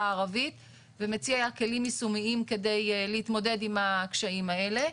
הערבית ומציעה כלים יישומיים כדי להתמודד עם הקשיים האלה.